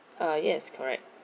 uh yes correct